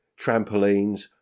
trampolines